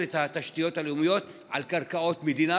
את התשתיות הלאומיות על קרקעות מדינה,